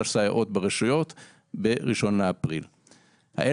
המהיר ביותר להשיג אותו בטווח שכזה,